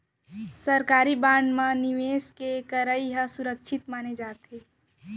सरकारी बांड म निवेस के करई ह सुरक्छित माने जाथे